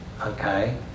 okay